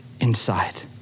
inside